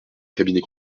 cabinet